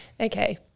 Okay